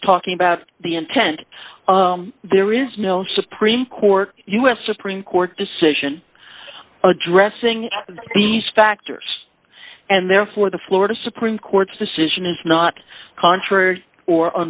is talking about the intent there is no supreme court u s supreme court decision addressing these factors and therefore the florida supreme court's decision is not contrary or